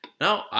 No